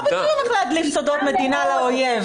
לא ביקשו ממך להדליף סודות מדינה לאויב.